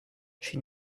she